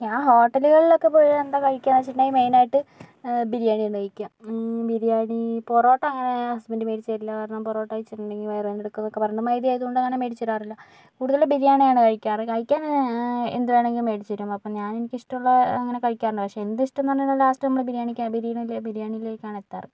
ഞാൻ ഹോട്ടലുകളിലൊക്കെ പോയി എന്താ കഴിക്കാന്ന് വെച്ചിട്ടുണ്ടെങ്കിൽ മെയിനായിട്ട് ബിരിയാണിയാണ് കഴിക്കുക ബിരിയാണി പൊറോട്ട അങ്ങനെ ഹസ്ബൻഡ് മേടിച്ചു തരില്ല കാരണം പൊറോട്ട കഴിച്ചിട്ടുണ്ടെങ്കിൽ വയറുവേദന എടുക്കും എന്ന് പറഞ്ഞ് മൈദ ആയതുകൊണ്ട് അങ്ങനെ മേടിച്ച് തരാറില്ല കൂടുതലും ബിരിയാണിയാണ് കഴിക്കാറ് കഴിക്കാൻ എന്തുവേണമെങ്കിലും മേടിച്ച് തരും അപ്പോ ഞാൻ എനിക്ക് ഇഷ്ടമുള്ള അങ്ങനെ കഴിക്കാറില്ല പക്ഷേ എന്ത് ഇഷ്ടം എന്ന് പറഞ്ഞാലും ലാസ്റ്റ് നമ്മൾ ബിരിയാണി ബിരിയാണിലേക്കാണ് എത്താറ്